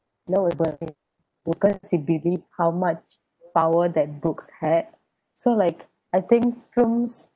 believe how much power that books had so like I think films